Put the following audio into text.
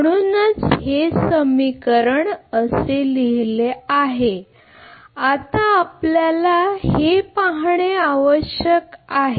म्हणूनच आम्ही हे त्याबद्दल सांगितले आता आपल्याला ते पाहणे आवश्यक आहे